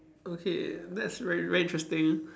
okay that's very very interesting